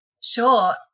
Sure